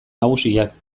nagusiak